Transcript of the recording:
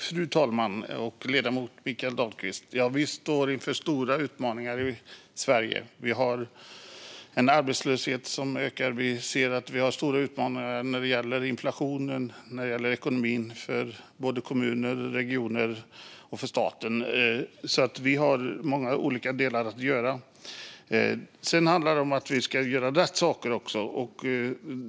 Fru talman! Ja, vi står inför stora utmaningar i Sverige. Vi har en arbetslöshet som ökar. Vi har stora utmaningar när det gäller inflationen och ekonomin för både kommuner och regioner och för staten. Vi har mycket att göra i många olika delar. Sedan handlar det om att göra rätt saker.